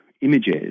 images